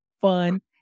fun